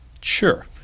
Sure